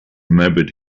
remembered